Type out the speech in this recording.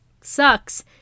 Sucks